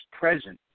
present